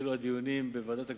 התחילו הדיונים בנושא בוועדת הכספים.